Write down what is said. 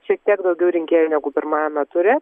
šiek tiek daugiau rinkėjų negu pirmajame ture